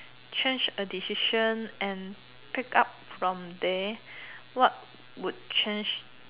change a decision and pick up from there what would change